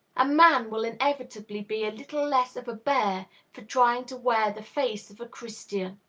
a man will inevitably be a little less of a bear for trying to wear the face of a christian.